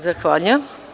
Zahvaljujem.